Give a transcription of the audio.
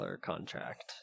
contract